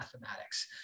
mathematics